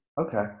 Okay